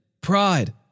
pride